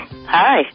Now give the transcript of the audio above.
Hi